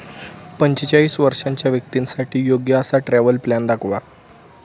पंचेचाळीस वर्षांच्या व्यक्तींसाठी योग्य असा ट्रॅव्हल प्लॅन दाखवा